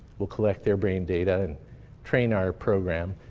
we'll collect their brain data and train our program.